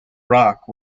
rock